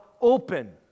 open